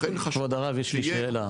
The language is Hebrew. לכן חשוב שיהיה --- כבוד הרב יש לי שאלה,